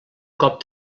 cop